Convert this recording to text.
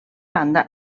banda